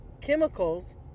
chemicals